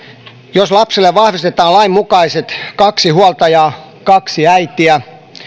jos lapselle vahvistetaan lain mukaiset kaksi huoltajaa kaksi äitiä